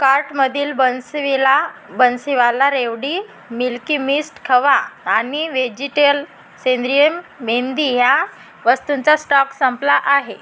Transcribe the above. कार्टमधील बन्सीवाला बन्सीवाला रेवडी Milky Mist खवा आणि व्हेजिटेल सेंद्रिय मेहंदी ह्या वस्तूंचा स्टॉक संपला आहे